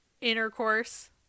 intercourse